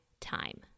time